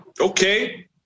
Okay